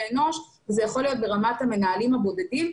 אנוש וזה יכול להיות ברמת המנהלים הבודדים.